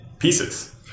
Pieces